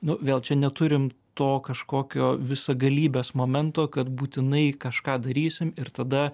nu vėl čia neturim to kažkokio visagalybės momento kad būtinai kažką darysim ir tada